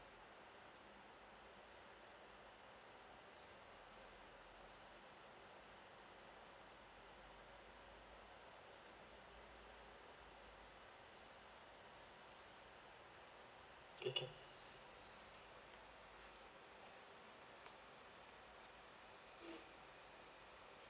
okay can